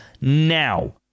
now